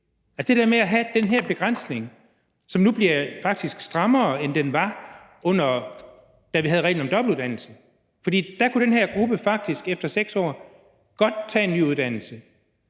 der er på spil. Den her begrænsning bliver nu faktisk strammere, end den var, da vi havde reglen om dobbeltuddannelse, fordi dengang kunne den her gruppe faktisk efter 6 år godt tage en ny uddannelse.